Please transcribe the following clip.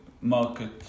market